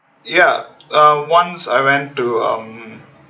ya uh once I went to um